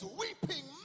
weeping